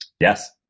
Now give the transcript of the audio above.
Yes